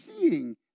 seeing